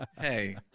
Hey